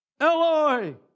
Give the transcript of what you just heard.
Eloi